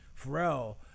Pharrell